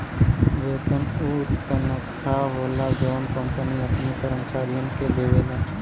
वेतन उ तनखा होला जौन कंपनी अपने कर्मचारियन के देवला